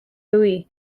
louis